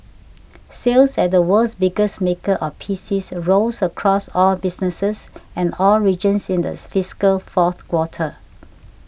sales at the world's biggest maker of PCs rose across all businesses and all regions in these fiscal fourth quarter